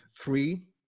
three